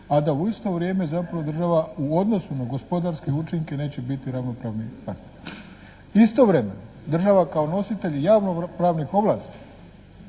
a da u isto vrijeme zapravo država u odnosu na gospodarske učinke neće biti ravnopravni partner. Istovremeno država kao nositelj i javnopravnih ovlasti,